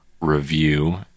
review